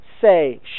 say